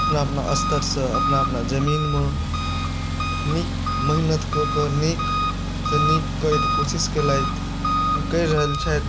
अपना अपना स्तरसँ अपना अपना जमीनमे नीक मेहनत ककऽ नीकसँ नीक करयके कोशिश केलथि आ करि रहल छथि